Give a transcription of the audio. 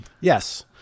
Yes